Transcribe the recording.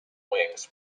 wings